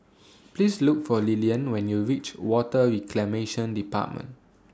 Please Look For Lilian when YOU REACH Water Reclamation department